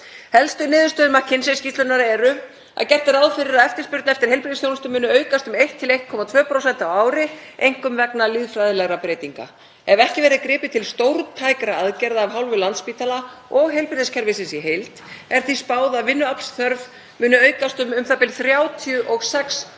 Helstu niðurstöður McKinsey-skýrslunnar eru að gert er ráð fyrir að eftirspurn eftir heilbrigðisþjónustu muni aukast um 1–1,2% á ári, einkum vegna lýðfræðilegra breytinga. Ef ekki verði gripið til stórtækra aðgerða af hálfu Landspítala og heilbrigðiskerfisins í heild er því spáð að vinnuaflsþörf muni aukast um u.þ.b. 36%